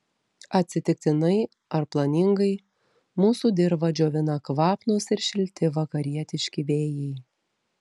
atsitiktinai ar planingai mūsų dirvą džiovina kvapnūs ir šilti vakarietiški vėjai